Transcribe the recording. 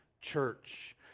church